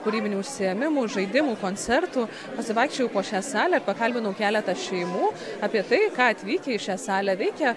kūrybinių užsiėmimų žaidimų koncertų pasivaikščiojau po šią salę pakalbinau keletą šeimų apie tai ką atvykę į šią salę veikia